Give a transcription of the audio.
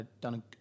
done